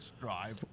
drive